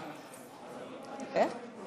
אין מתנגדים,